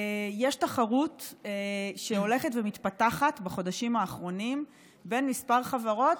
יש תחרות שהולכת ומתפתחת בחודשים האחרונים בין כמה חברות.